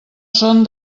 són